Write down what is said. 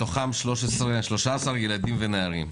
מתוכם 13 ילדים ונערים.